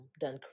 done